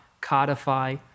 codify